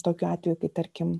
tokiu atveju kai tarkim